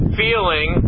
feeling